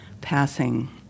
passing